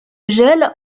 gèle